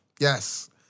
Yes